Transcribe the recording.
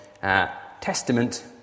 testament